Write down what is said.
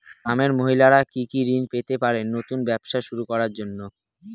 গ্রামের মহিলারা কি কি ঋণ পেতে পারেন নতুন ব্যবসা শুরু করার জন্য?